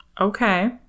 Okay